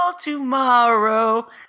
tomorrow